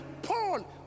Paul